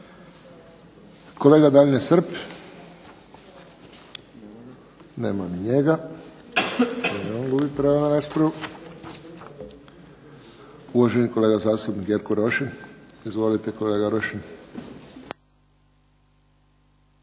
Kolega Daniel Srb. Nema ni njega. I on gubi pravo na raspravu. Uvaženi kolega zastupnik Jerko Rošin. Izvolite, kolega Rošin.